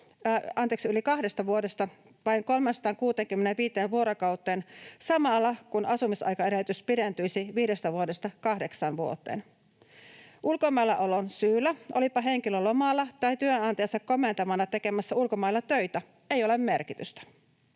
yli kahdesta vuodesta vain 365 vuorokauteen samalla, kun asumisaikaedellytys pidentyisi viidestä vuodesta kahdeksaan vuoteen. Ulkomailla olon syyllä, olipa henkilö lomalla tai työnantajansa komentamana tekemässä ulkomailla töitä, ei ole merkitystä.